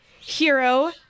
hero